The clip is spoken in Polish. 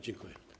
Dziękuję.